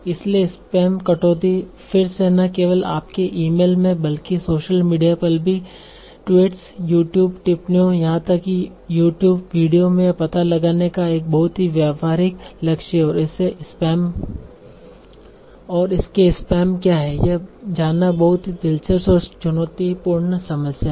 इसलिए स्पैम कटौती फिर से न केवल आपके ईमेल में बल्कि सोशल मीडिया पर भी ट्वीट्स YouTube टिप्पणियों यहां तक कि YouTube वीडियो में यह पता लगाने का एक बहुत ही व्यावहारिक लक्ष्य है कि इसके स्पैम क्या हैं यह जानना बहुत ही दिलचस्प और चुनौतीपूर्ण समस्या है